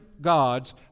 gods